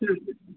ହୁଁ ହୁଁ